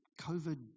COVID